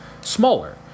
smaller